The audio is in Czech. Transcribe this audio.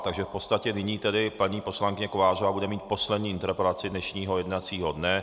Takže v podstatě nyní tedy paní poslankyně Kovářová bude mít poslední interpelaci dnešního jednacího dne.